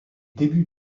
débuts